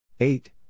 Eight